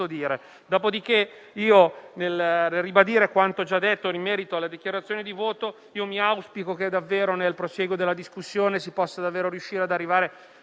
da custodire. Nel ribadire quindi quanto già detto in merito alla dichiarazione di voto, auspico che davvero nel prosieguo della discussione si possa riuscire ad arrivare